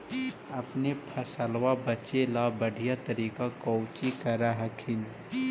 अपने फसलबा बचे ला बढ़िया तरीका कौची कर हखिन?